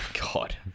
God